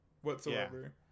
whatsoever